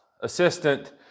assistant